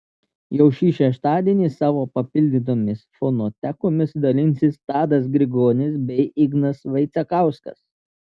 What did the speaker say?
jau šį šeštadienį savo papildytomis fonotekomis dalinsis tadas grigonis bei ignas vaicekauskas